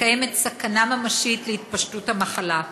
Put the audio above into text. וקיימת סכנה ממשית להתפשטות המחלה.